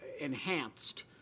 enhanced